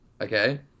okay